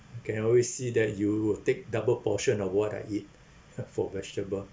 can always see that you will take double portion of what I eat !huh! for vegetable